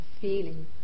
feeling